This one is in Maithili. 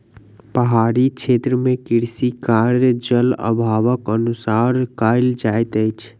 पहाड़ी क्षेत्र मे कृषि कार्य, जल अभावक अनुसार कयल जाइत अछि